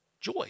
joy